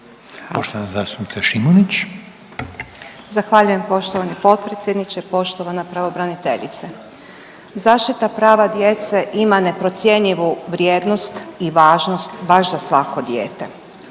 Irena (Nezavisni)** Zahvaljujem poštovani potpredsjedniče. Poštovana pravobraniteljice, zaštita prava djece ima neprocjenjivu vrijednost i važnost baš za svako dijete